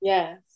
Yes